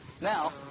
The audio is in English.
Now